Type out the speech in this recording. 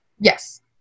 Yes